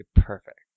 perfect